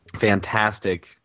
fantastic